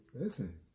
listen